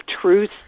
truth